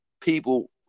people